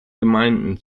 gemeinden